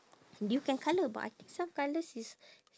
you can colour but I think some colours is